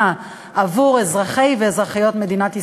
עבור אזרחי ואזרחיות מדינת ישראל.